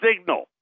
signal